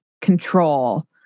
control